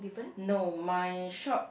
no my shop